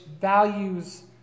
values